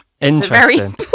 Interesting